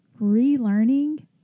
relearning